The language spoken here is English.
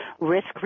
risk